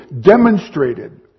demonstrated